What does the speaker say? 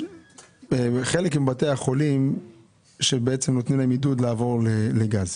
יש חלק מבתי החולים שנותנים להם עידוד לעבור לגז,